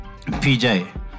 PJ